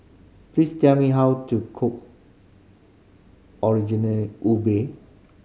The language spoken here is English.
please tell me how to cook ubi